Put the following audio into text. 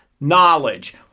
knowledge